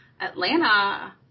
Atlanta